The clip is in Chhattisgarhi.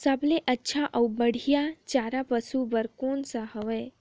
सबले अच्छा अउ बढ़िया चारा पशु बर कोन सा हवय?